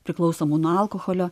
priklausomų nuo alkoholio